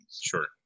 sure